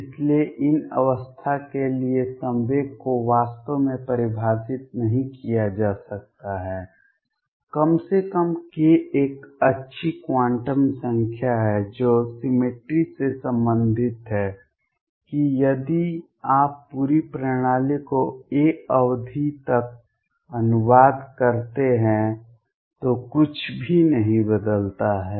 इसलिए इन अवस्था के लिए संवेग को वास्तव में परिभाषित नहीं किया जा सकता है कम से कम k एक अच्छी क्वांटम संख्या है जो सिमेट्री से संबंधित है कि यदि आप पूरी प्रणाली को a अवधि तक अनुवाद करते हैं तो कुछ भी नहीं बदलता है